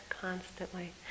constantly